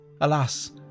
Alas